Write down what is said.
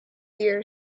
ear